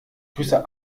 grüße